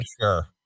Sure